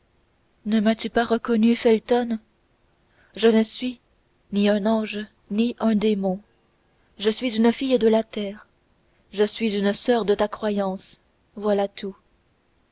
ne m'as-tu pas reconnue felton je ne suis ni un ange ni un démon je suis une fille de la terre je suis une soeur de ta croyance voilà tout